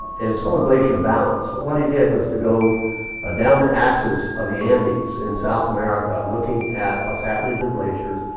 and it's called glacial balance. but what he did was to go ah down the access of the andes in south america. looking at what's happening to the glaciers.